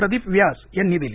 प्रदीप व्यास यांनी दिली